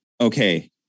Okay